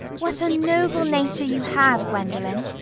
what a noble nature you have, gwendolen!